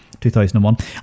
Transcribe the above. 2001